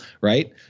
right